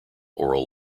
oral